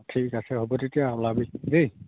ঠিক আছে হ'ব তেতিয়া ওলাবি দেই